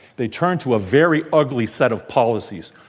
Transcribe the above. they turned to a very ugly set of policies.